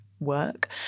work